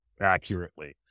accurately